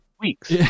weeks